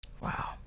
Wow